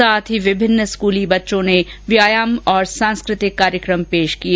साथ ही विभिन्न स्कूली बच्चों ने व्यायाम और सांस्कृतिक कार्यक्रम पेश किए